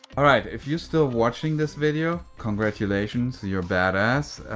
all right, if you're still watching this video, congratulations, you're badass.